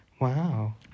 Wow